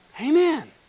Amen